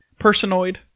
Personoid